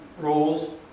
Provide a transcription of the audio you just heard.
rules